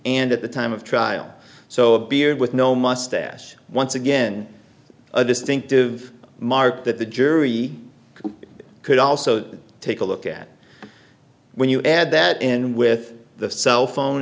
and at the time of trial so a beard with no mustache once again a distinctive mark that the jury could also take a look at when you add that in with the cell phone